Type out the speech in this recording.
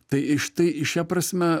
tai štai šia prasme